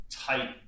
tight